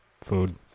food